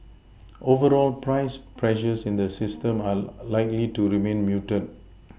overall price pressures in the system are likely to remain muted